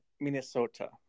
Minnesota